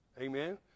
Amen